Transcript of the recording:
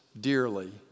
dearly